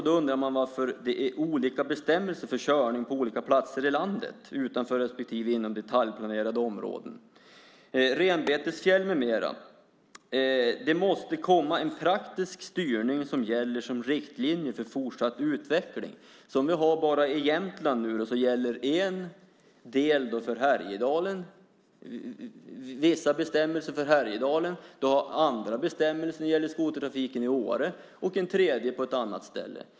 Då undrar man varför det är olika bestämmelser för körning på olika platser i landet, utanför respektive inom detaljplanerade områden och renbetesfjäll med mera. Det måste bli en praktisk styrning som gäller som riktlinje för fortsatt utveckling, som vi nu har bara i Jämtland. Vissa bestämmelser gäller i Härjedalen, andra bestämmelser gäller för skotertrafiken i Åre och ytterligare andra bestämmelser på ett annat ställe.